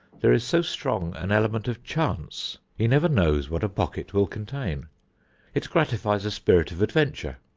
there is so strong an element of chance he never knows what a pocket will contain it gratifies a spirit of adventure.